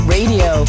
Radio